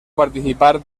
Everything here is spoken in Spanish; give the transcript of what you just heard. participar